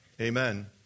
Amen